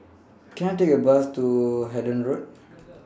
Can I Take A Bus to Hendon Road